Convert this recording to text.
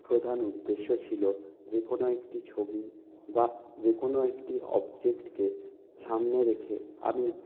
প্রধান উদ্দেশ্য ছিল যে কোনও একটি ছবি বা যে কোনও একটি অবজেক্টকে সামনে রেখে আমি